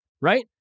right